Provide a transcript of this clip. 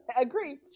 agree